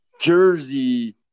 jersey